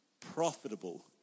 profitable